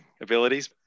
abilities